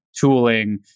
tooling